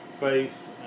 Face